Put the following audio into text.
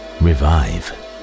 revive